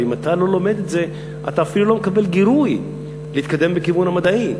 ואם אתה לא לומד את זה אתה אפילו לא מקבל גירוי להתקדם בכיוון המדעי.